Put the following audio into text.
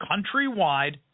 countrywide